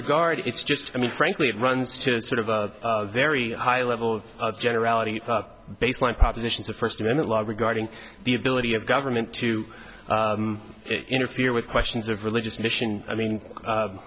regard it's just i mean frankly it runs to a sort of a very high level of generality baseline propositions of first amendment law regarding the ability of government to interfere with questions of religious mission i mean